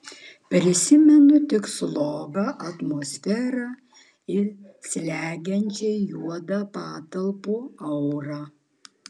prisimenu tik slogią atmosferą ir slegiančiai juodą patalpų aurą